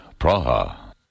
Praha